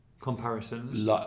comparisons